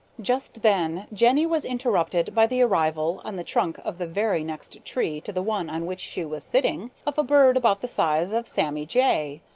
just then jenny was interrupted by the arrival, on the trunk of the very next tree to the one on which she was sitting, of a bird about the size of sammy jay.